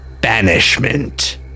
Banishment